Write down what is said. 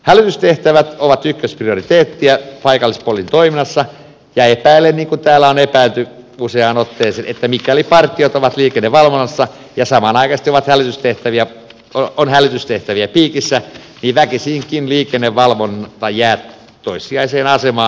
hälytystehtävät ovat ykkösprioriteetti paikallispoliisin toiminnassa ja epäilen niin kuin täällä on epäilty useaan otteeseen että mikäli partiot ovat liikennevalvonnassa ja samanaikaisesti on hälytystehtäviä piikissä niin väkisinkin liikennevalvonta jää toissijaiseen asemaan